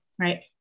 right